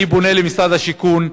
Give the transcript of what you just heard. אני פונה למשרד השיכון,